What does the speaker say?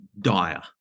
dire